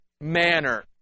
manner